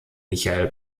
michael